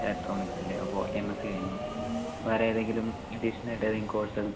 ഇലക്ട്രോണിക്സിൽ അപ്പോൾ M S C കഴിഞ്ഞു വേറെ ഏതെങ്കിലും അഡീഷണൽ ആയിട്ട് ഏതെങ്കിലും കോഴ്സ്